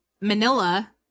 Manila